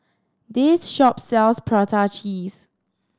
this shop sells prata cheese